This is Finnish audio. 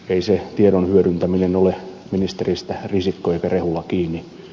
ei se tiedon hyödyntäminen ole ministereistä risikko eikä rehula kiinni